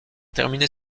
terminé